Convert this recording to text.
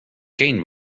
geen